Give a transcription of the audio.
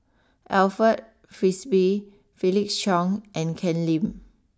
Alfred Frisby Felix Cheong and Ken Lim